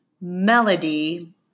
Melody